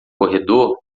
corredor